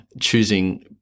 choosing